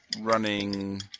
running